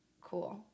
Cool